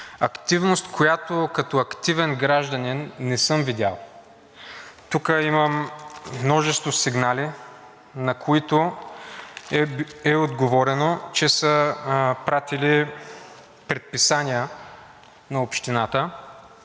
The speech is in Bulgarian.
активност, която като активен гражданин не съм видял. Тук имам множество сигнали, на които е отговорено, че са пратили предписания на Общината.